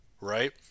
right